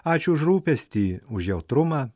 ačiū už rūpestį už jautrumą